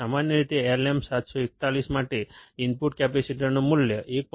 સામાન્ય રીતે LM741 માટે ઇનપુટ કેપેસીટન્સનું મૂલ્ય 1